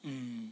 mm